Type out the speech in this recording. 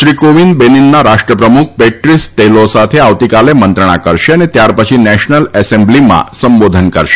શ્રી કોવિંદ બેનીનના રાષ્ટ્રપ્રમુખ Patrice Talon સાથે આવતીકાલે મંત્રણા કરશે અને ત્યારપછી નેશનલ એસેમ્બલીમાં સંબોધન કરશે